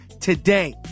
today